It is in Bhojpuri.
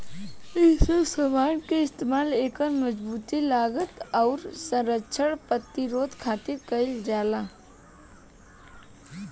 ए सब समान के इस्तमाल एकर मजबूती, लागत, आउर संरक्षण प्रतिरोध खातिर कईल जाला